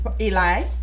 Eli